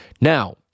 Now